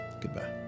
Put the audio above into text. Goodbye